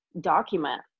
document